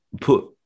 put